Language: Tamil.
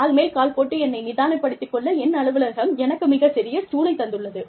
கால் மேல் கால் போட்டு என்னை நிதானப்படுத்திக் கொள்ள என் அலுவலகம் எனக்கு மிகச் சிறிய ஸ்டூலை தந்துள்ளது